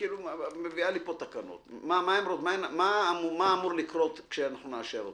מה אמור לקרות אחרי שנאשר אותן.